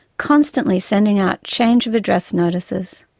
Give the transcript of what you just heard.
constantly sending out change of address notices.